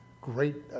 great